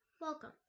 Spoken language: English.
welcome